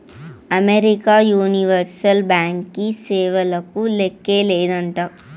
America universal బ్యాంకీ సేవలకు లేక్కే లేదంట